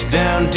down